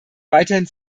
weiterhin